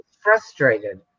frustrated